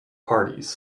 parties